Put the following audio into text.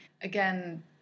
Again